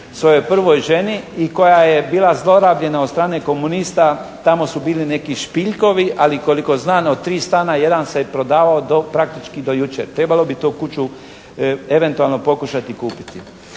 svojoj prvoj ženi i koja je bila zlorabljena od strane komunista. Tamo su bili neki Špiljkovi, ali koliko znam od tri stana jedan se prodavao praktički do jučer. Trebalo bi tu kuću eventualno pokušati kupiti.